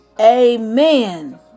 amen